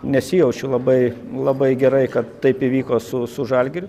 nesijaučiu labai labai gerai kad taip įvyko su su žalgiriu